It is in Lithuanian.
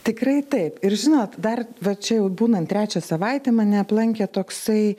tikrai taip ir žinot dar va čia jau būnant trečią savaitę mane aplankė toksai